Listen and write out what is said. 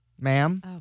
Ma'am